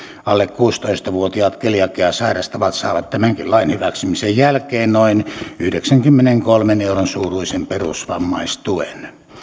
alle kuusitoista vuotiaat keliakiaa sairastavat saavat tämänkin lain hyväksymisen jälkeen noin yhdeksänkymmenenkolmen euron suuruisen perusvammaistuen